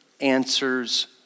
answers